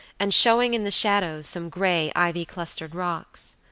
and showing in the shadows some grey ivy-clustered rocks.